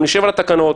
אנחנו נשב על התקנות,